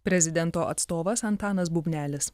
prezidento atstovas antanas bubnelis